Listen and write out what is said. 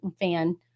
fan